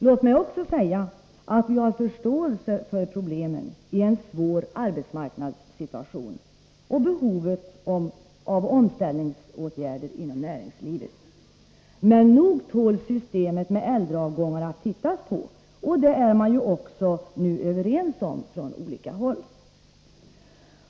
Låt mig också säga att vi har förståelse: för problemen i en svår arbetsmarknadssituation och för behovet av omställningsåtgärder inom näringslivet. Men nog tål systemet med äldreavgångar att tittas på! Det är man ju nu överens om från olika håll.